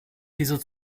diese